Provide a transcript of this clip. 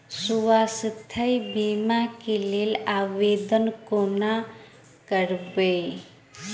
स्वास्थ्य बीमा कऽ लेल आवेदन कोना करबै?